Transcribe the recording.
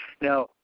Now